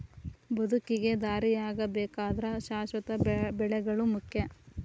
ಬದುಕಿಗೆ ದಾರಿಯಾಗಬೇಕಾದ್ರ ಶಾಶ್ವತ ಬೆಳೆಗಳು ಮುಖ್ಯ